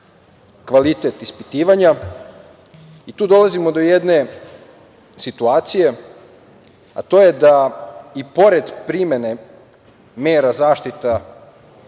kvalitet ispitivanja. Tu dolazimo do jedne situacije, a to je da i pored primene mera zaštita